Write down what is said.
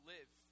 Live